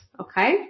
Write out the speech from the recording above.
okay